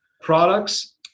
products